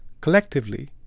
Collectively